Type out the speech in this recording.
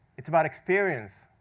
it's about experience,